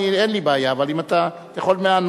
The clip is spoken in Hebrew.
אני, אין לי בעיה, אבל אם אתה, אתה יכול מהמקום.